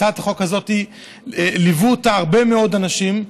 ליוו את הצעת החוק הזאת הרבה מאוד אנשים.